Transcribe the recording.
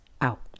out